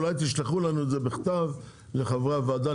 אולי תשלחו לנו את זה בכתב לחברי הוועדה,